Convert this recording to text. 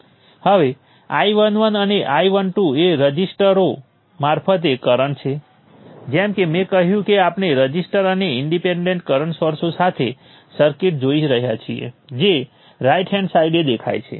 અને તેવી જ રીતે R33 બાય તે V3 ગુણ્યા G 3 3 હશે અને આ રઝિટર્સ દ્વારા R12 અને R23 છે તે V1 માઇનસ V2 ગુણ્યા G12 અને V2 માઇનસ V3 ગુણ્યા G23 તરીકે પણ એટલી જ સરળતાથી ગણતરી કરી શકાય છે